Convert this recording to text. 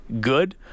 good